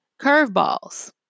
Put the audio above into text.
curveballs